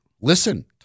Listen